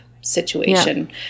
situation